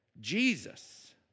Jesus